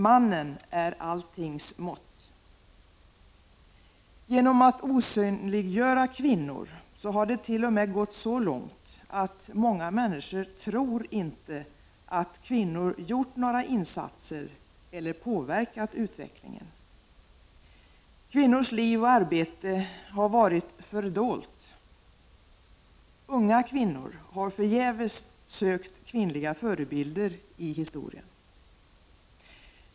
”Mannen är alltings mått.” Genom att man osynliggör kvinnor har det t.o.m. gått så långt att många människor inte tror att kvinnor har gjort några insatser eller påverkat utvecklingen. Kvinnors liv och arbete har varit fördolt. Unga kvinnor har förgäves sökt kvinnliga förebilder i historien.